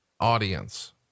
audience